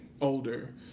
older